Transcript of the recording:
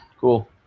Cool